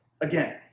again